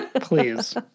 Please